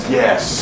yes